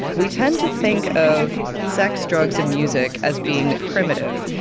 we tend to think of sex, drugs and music as being primitive,